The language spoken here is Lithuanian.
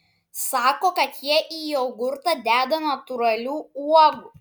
sako kad jie į jogurtą deda natūralių uogų